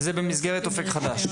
וזה במסגרת אופק חדש?